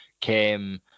came